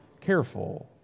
careful